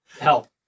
help